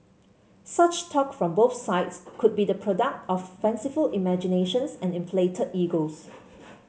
such talk from both sides could be the product of fanciful imaginations and inflated egos